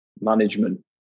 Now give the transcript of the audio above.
management